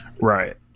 Right